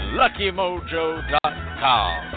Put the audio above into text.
luckymojo.com